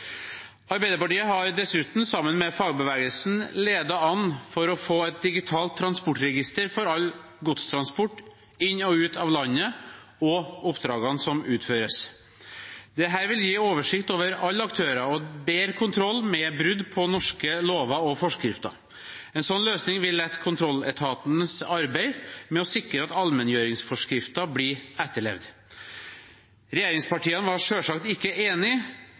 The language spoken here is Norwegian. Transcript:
Arbeiderpartiet har dessuten, sammen med fagbevegelsen, ledet an for å få et digitalt transportregister for all godstransport inn og ut av landet og for oppdragene som utføres. Dette vil gi oversikt over alle aktører og bedre kontroll med brudd på norske lover og forskrifter. En sånn løsning vil lette kontrolletatenes arbeid med å sikre at allmenngjøringsforskriften blir etterlevd. Regjeringspartiene var selvsagt ikke enig,